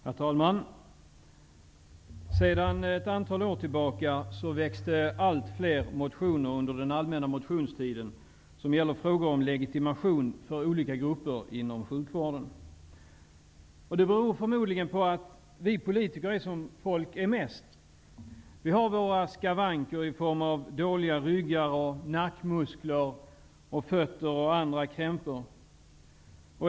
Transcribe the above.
Herr talman! Sedan ett antal år tillbaka är det så, att det under den allmänna motionstiden väcks allt fler motioner om legitimation för olika grupper inom sjukvården. Det beror förmodligen på att vi politiker är som folk i allmänhet. Vi har våra skavanker i form av dåliga ryggar, besvär i nackmuskler och fötter osv.